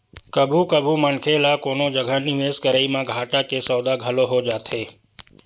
कभू कभू मनखे ल कोनो जगा निवेस करई म घाटा के सौदा घलो हो जाथे